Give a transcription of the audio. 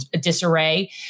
disarray